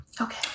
okay